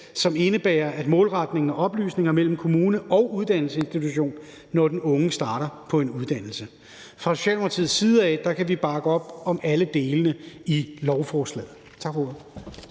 som indebærer målretning af oplysninger mellem kommune og uddannelsesinstitution, når den unge starter på en uddannelse. Fra socialdemokratisk side kan vi bakke op om alle dele af lovforslaget.